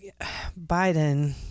Biden